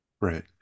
Right